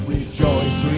Rejoice